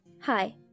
Hi